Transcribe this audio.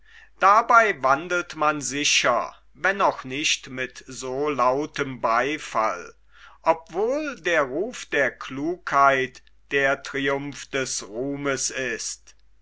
dabei wandelt man sicher wenn auch nicht mit so lautem beifall obwohl der ruf der klugheit der triumph des ruhmes ist